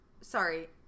Sorry